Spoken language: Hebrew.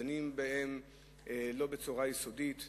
דנים בהם לא בצורה יסודית.